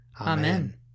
Amen